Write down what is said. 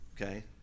Okay